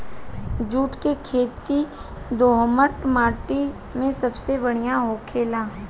जुट के खेती दोहमट माटी मे सबसे बढ़िया होखेला